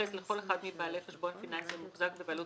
ייחס לכל אחד מבעלי חשבון פיננסי המוחזק בבעלות